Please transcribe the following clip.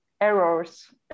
errors